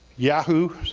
yahoo,